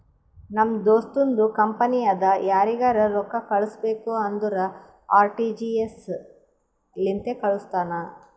ನಮ್ ದೋಸ್ತುಂದು ಕಂಪನಿ ಅದಾ ಯಾರಿಗರೆ ರೊಕ್ಕಾ ಕಳುಸ್ಬೇಕ್ ಅಂದುರ್ ಆರ.ಟಿ.ಜಿ.ಎಸ್ ಲಿಂತೆ ಕಾಳುಸ್ತಾನ್